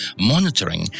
monitoring